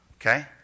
Okay